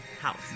house